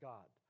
God